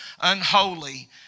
unholy